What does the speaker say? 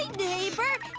neighbour!